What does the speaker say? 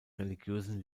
religiösen